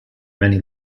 many